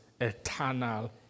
eternal